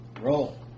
Roll